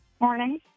Morning